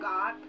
God